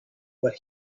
what